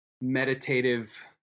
meditative